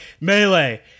melee